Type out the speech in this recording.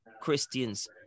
Christians